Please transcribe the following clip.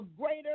greater